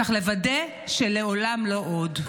צריך לוודא שלעולם לא עוד.